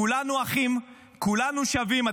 כולנו אחים, כולנו שווים.